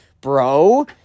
bro